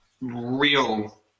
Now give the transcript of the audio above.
real